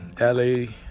LA